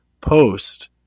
post